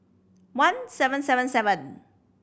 one seven seven seven